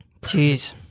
Jeez